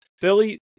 Philly